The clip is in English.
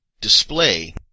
display